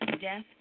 death